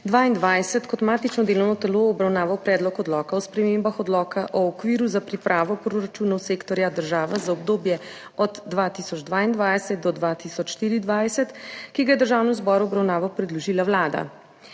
2022 kot matično delovno telo obravnaval Predlog odloka o spremembah Odloka o okviru za pripravo proračunov sektorja država za obdobje od 2022 do 2024, ki ga je Državnemu zboru v obravnavo predložila Vlada.